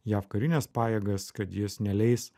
jav karines pajėgas kad jis neleis